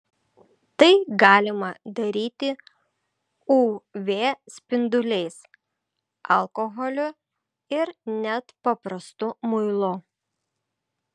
tai galima daryti uv spinduliais alkoholiu ir net paprastu muilu